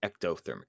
ectothermic